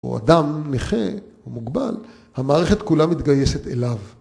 או אדם נכה ומוגבל, המערכת כולה מתגייסת אליו.